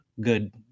good